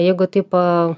jeigu taip